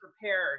prepared